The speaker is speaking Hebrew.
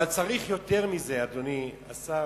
אבל צריך יותר מזה, אדוני השר,